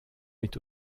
est